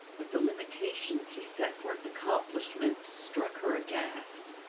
but the limitations he set for its accomplishment struck her aghast.